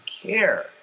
care